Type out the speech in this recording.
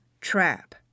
trap